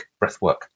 breathwork